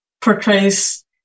portrays